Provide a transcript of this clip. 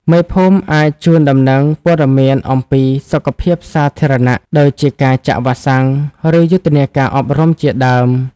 មេភូមិអាចជូនដំណឹងព័ត៌មានអំពី សុខភាពសាធារណៈ ដូចជាការចាក់វ៉ាក់សាំង ឬយុទ្ធនាការអប់រំជាដើម។